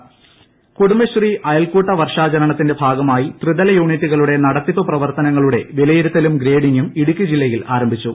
കുടുംബശ്രീ കുടുംബശ്രീ അയൽക്കൂട്ട വർഷാചരണത്തിന്റെ ഭാഗമായി ത്രിതല യൂണിറ്റുകളുടെ നടത്തിപ്പ് പ്രവർത്തനങ്ങളുടെ വിലയിരുത്തലും ഗ്രേഡിങ്ങും ഇടുക്കി ജില്ലയിൽ ആരംഭിച്ചു